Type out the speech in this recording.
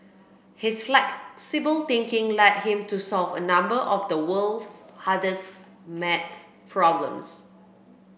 his flexible thinking led him to solve a number of the world's hardest maths problems